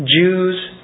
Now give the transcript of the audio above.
Jews